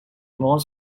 more